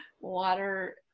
water